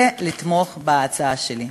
ולבקש לתמוך בהצעה שלי.